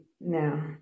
now